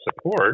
support